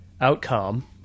outcome